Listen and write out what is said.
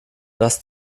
das